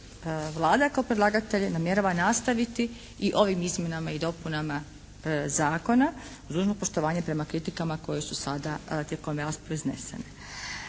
Vlada kao predlagatelj namjerava nastaviti i ovim izmjenama i dopunama zakona uz dužno poštovanje prema kritikama koje su sada tijekom rasprave iznesene.